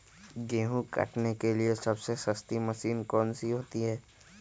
गेंहू काटने के लिए सबसे सस्ती मशीन कौन सी होती है?